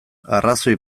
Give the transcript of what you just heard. arrazoi